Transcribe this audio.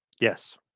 Yes